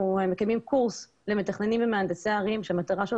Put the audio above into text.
אנחנו מקיימים קורס למתכננים ומהנדסי ערים שהמטרה שלו